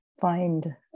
find